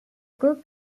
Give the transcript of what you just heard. cook